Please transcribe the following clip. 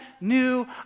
new